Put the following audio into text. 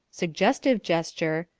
suggestive gesture,